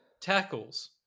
tackles